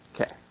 Okay